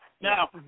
Now